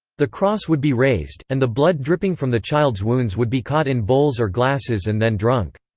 the cross would be raised, and the blood dripping from the child's wounds would be caught in bowls or glasses and then drunk.